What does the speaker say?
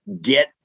get